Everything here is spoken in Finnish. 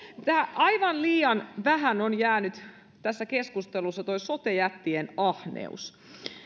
aivan liian vähän on noussut tässä keskustelussa tuo sote jättien ahneus